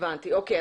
אוקיי.